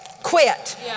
Quit